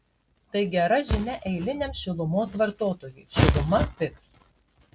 tai gera žinia eiliniam šilumos vartotojui šiluma pigs